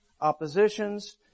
Oppositions